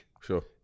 Sure